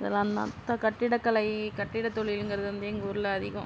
இதுலாம்தான் கட்டிட கலை கட்டிட தொழில்ங்கிறது வந்து எங்கள் ஊரில் அதிகம்